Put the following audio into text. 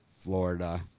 Florida